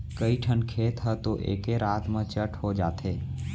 कइठन खेत ह तो एके रात म चट हो जाथे